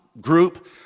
group